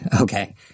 Okay